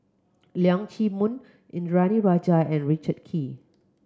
Leong Chee Mun Indranee Rajah and Richard Kee